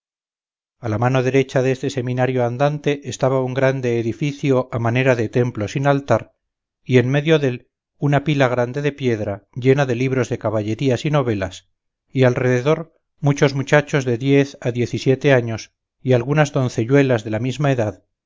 a la mano derecha deste seminario andante estaba un grande edificio a manera de templo sin altar y en medio dél una pila grande de piedra llena de libros de caballerías y novelas y alrededor muchos muchachos de diez a diez y siete años y algunas doncelluelas de la misma edad